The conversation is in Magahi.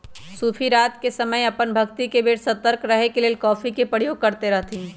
सूफी रात के समय अप्पन भक्ति के बेर सतर्क रहे के लेल कॉफ़ी के प्रयोग करैत रहथिन्ह